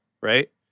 right